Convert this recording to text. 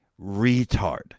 retard